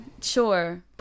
sure